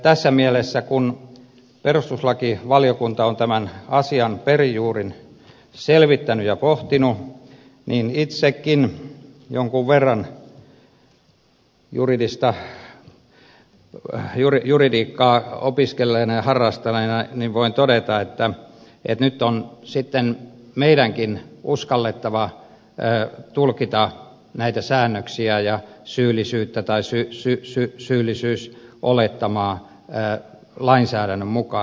tässä mielessä sen perusteella että perustuslakivaliokunta on tämän asian perin juurin selvittänyt ja pohtinut itsekin jonkun verran juridiikkaa opiskelleena ja harrastaneena voin todeta että nyt on sitten meidänkin uskallettava tulkita näitä säännöksiä ja syyllisyyttä tai syp sypssä syyllisyys olettamaa syyllisyysolettamaa lainsäädännön mukaan